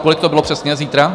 v kolik to bylo přesně zítra?